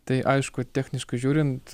tai aišku techniškai žiūrint